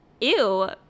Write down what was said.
ew